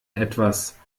etwas